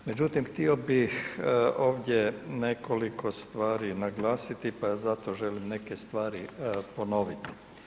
Međutim, htio bih ovdje nekoliko stvari naglasiti, pa zato želim neke stvari ponoviti.